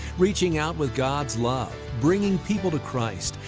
reaching out with god's love, bringing people to christ,